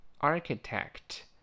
Architect